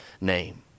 name